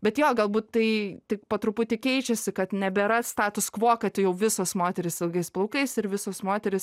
bet jo galbūt tai tik po truputį keičiasi kad nebėra status kvo kad visos moterys ilgais plaukais ir visos moterys